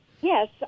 Yes